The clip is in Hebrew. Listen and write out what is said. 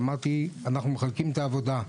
ואמרתי, אנחנו מחלקים את העבודה.